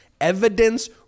evidence-